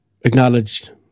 acknowledged